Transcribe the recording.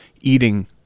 eating